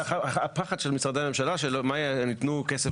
הפחד של משרדי הממשלה שהם יתנו כסף